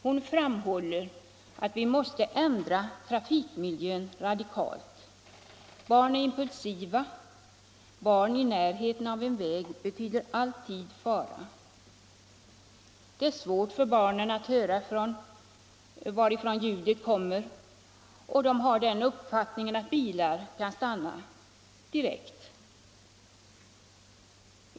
Hon framhåller att vi måste ändra trafikmiljön radikalt. Barn är så impulsiva. Barn i närheten av en väg betyder alltid fara. Det är svårt för dem att höra varifrån ljud kommer, och de har den uppfattningen att bilar kan stanna direkt.